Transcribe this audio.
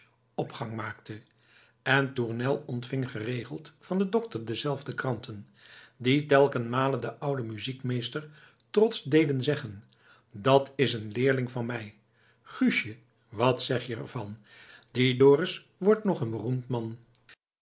opgang maakte en tournel ontving geregeld van den dokter dezelfde kranten die telkenmale den ouden muziekmeester trots deden zeggen dat's een leerling van mij guustje wat zeg je ervan die dorus wordt nog een beroemd man